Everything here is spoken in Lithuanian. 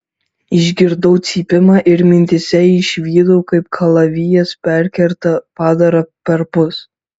išgirdau cypimą ir mintyse išvydau kaip kalavijas perkirto padarą perpus